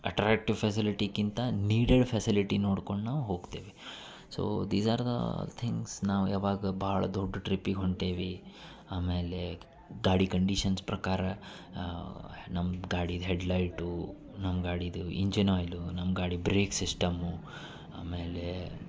attractive ಫೆಸಿಲಿಟಿಕ್ಕಿಂತ needed facility ನೋಡ್ಕೊಂಡು ನಾವು ಹೋಗ್ತೆವೆ so these are the things ನಾವು ಯಾವಾಗ ಭಾಳ ದೊಡ್ದ ಟ್ರಿಪ್ಪಿಗೆ ಹೊಂಟೇವಿ ಆಮೇಲೆ ಗಾಡಿ ಕಂಡೀಶನ್ಸ್ ಪ್ರಕಾರ ನಮ್ಮ ಗಾಡಿದ ಹೆಡ್ ಲೈಟು ನಮ್ಮ ಗಾಡಿದು ಇಂಜಿನ್ ಆಯಿಲು ನಮ್ಮ ಗಾಡಿ ಬ್ರೇಕ್ ಸಿಸ್ಟಮ್ಮು ಆಮೇಲೆ